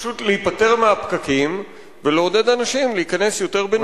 פשוט להיפטר מהפקקים ולעודד אנשים להיכנס יותר בנוחיות,